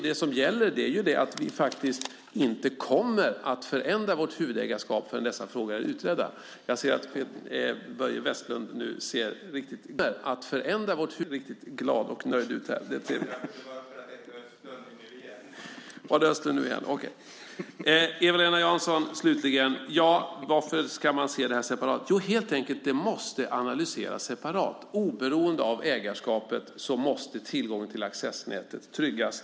Det som gäller är att vi inte kommer att förändra vårt huvudägarskap förrän dessa frågor är utredda. Varför ska man se detta separat, frågade Eva-Lena Jansson. Det måste helt enkelt analyseras separat. Oberoende av ägarskap måste tillgången till accessnätet tryggas.